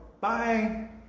bye